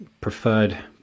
preferred